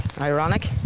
Ironic